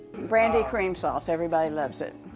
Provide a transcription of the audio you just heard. brandy cream sauce. everybody loves it.